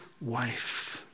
wife